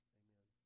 amen